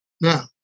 Now